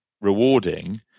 rewarding